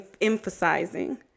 emphasizing